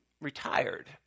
retired